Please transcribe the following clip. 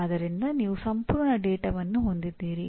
ಆದ್ದರಿಂದ ನೀವು ಸಂಪೂರ್ಣ ಡೇಟಾವನ್ನು ಹೊಂದಿದ್ದೀರಿ